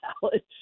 salad